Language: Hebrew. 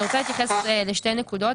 אני רוצה להתייחס לשתי נקודות.